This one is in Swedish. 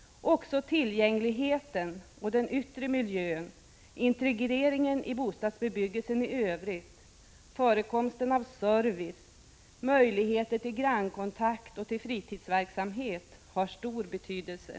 Också tillgängligheten och den yttre miljön, integreringen i bostadsbebyggelsen i övrigt, förekomsten av service, möjligheter till grannkontakt och fritidsverksamhet har stor betydelse.